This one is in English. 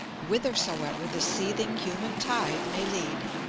whithersoever the seething human tide may lead.